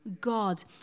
god